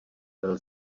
byl